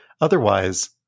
Otherwise